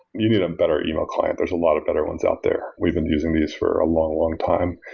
you need a better email client. there's a lot of better ones out there. we've been using this for a long long time.